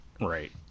Right